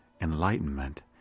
enlightenment